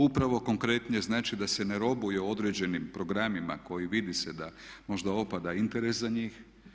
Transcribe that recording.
Upravo konkretnije znači da se ne robuje određenim programima koji vidi se da možda opada interes za njih.